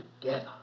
together